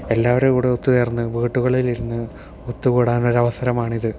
എല്ലാവരും ഇവിടെ ഒത്തു ചേർന്ന് വീടുകളിൽ ഇരുന്ന് ഒത്തുകൂടാനൊരവസരമാണിത്